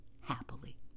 happily